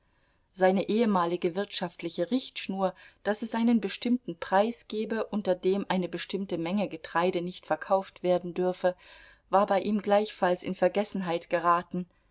seine ehemalige wirtschaftliche richtschnur daß es einen bestimmten preis gebe unter dem eine bestimmte menge getreide nicht verkauft werden dürfe war bei ihm gleichfalls in vergessenheit geraten